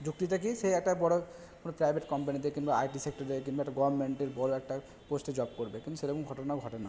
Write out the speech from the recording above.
যুক্তিটা কী সে একটা বড়ো কোনো প্রাইভেট কোম্পানিতে কিংবা আইটি সেক্টরে কিংবা একটা গভর্মেন্টের বড়ো একটা পোষ্টে জব করবে কিন্তু সেরকম ঘটনা ঘটে না